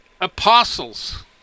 apostles